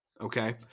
okay